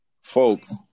Folks